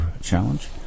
challenge